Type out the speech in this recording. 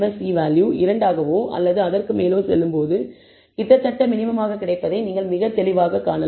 இ value 2 ஆகவோ அல்லது அதற்கு மேலோ செல்லும் போது கிட்டத்தட்ட மினிமம் ஆக கிடைப்பதை நீங்கள் மிக தெளிவாகக் காணலாம்